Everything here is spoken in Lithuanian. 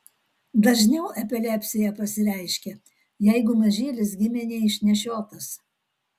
dažniau epilepsija pasireiškia jeigu mažylis gimė neišnešiotas